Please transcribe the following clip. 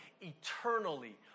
eternally